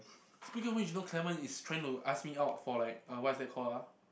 speaking of which you know Clement is trying to ask me out for like uh what is that called ah